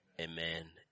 Amen